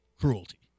cruelty